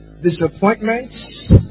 disappointments